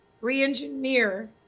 re-engineer